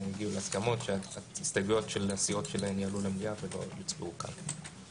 הגיעו להסכמות שההסתייגויות של הסיעות שלהן יעלו למליאה ולא יוצבעו כאן.